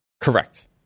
Correct